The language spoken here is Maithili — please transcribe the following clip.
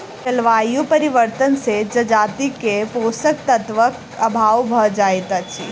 जलवायु परिवर्तन से जजाति के पोषक तत्वक अभाव भ जाइत अछि